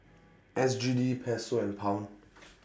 S G D Peso and Pound